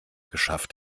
geschafft